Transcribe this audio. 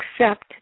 accept